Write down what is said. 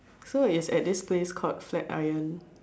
so its at this place called flat iron